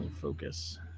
Focus